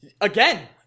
Again